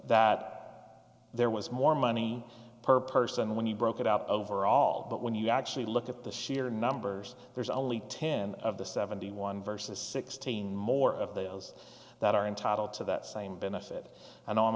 that there was more money per person when you broke it up overall but when you actually look at the sheer numbers there's only ten of the seventy one vs sixteen more of those that are entitled to that same benefit